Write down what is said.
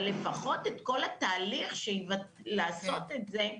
אבל לפחות את כל התהליך לעשות את זה,